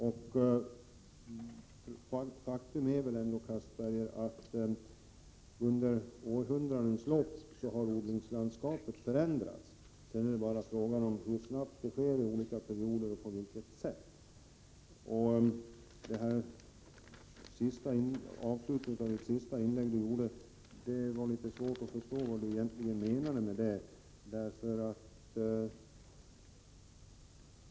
Faktum är väl ändå, Castberger, att odlingslandskapet har förändrats under århundradenas lopp — sedan är det bara fråga om hur snabbt det sker under olika perioder och på vilket sätt. Det är litet svårt att förstå vad Castberger egentligen menade med det han sade i slutet av sitt senaste inlägg.